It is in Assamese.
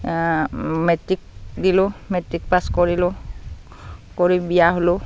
মেট্ৰিক দিলোঁ মেট্ৰিক পাছ কৰিলোঁ কৰি বিয়া হ'লোঁ